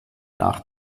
nach